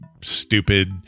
stupid